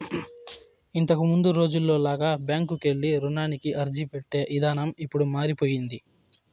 ఇంతకముందు రోజుల్లో లాగా బ్యాంకుకెళ్ళి రుణానికి అర్జీపెట్టే ఇదానం ఇప్పుడు మారిపొయ్యింది